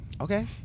Okay